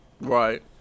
Right